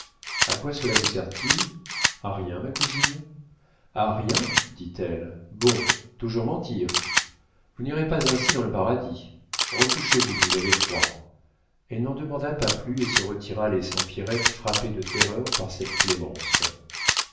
a quoi cela vous sert-il a rien ma cousine a rien dit-elle bon toujours mentir vous n'irez pas ainsi dans le paradis recouchez-vous vous avez froid elle n'en demanda pas plus et se retira laissant pierrette frappée de terreur par cette clémence